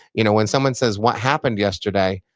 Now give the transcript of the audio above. you know when someone says, what happened yesterday?